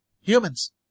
Humans